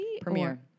Premiere